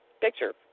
picture